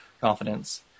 confidence